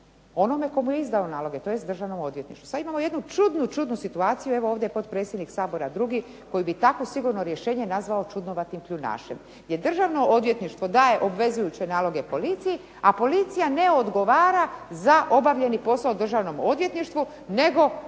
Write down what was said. onome tko mu je izdao naloge tj. Državnom odvjetništvu. Sad imamo jednu čudnu situaciju. Evo ovdje je potpredsjednik Sabora drugi koji bi takvo sigurno rješenje nazvao čudnovatim kljunašem. Jer Državno odvjetništvo daje obvezujuće naloge policiji, a policija ne odgovara za obavljeni posao Državnom odvjetništvu nego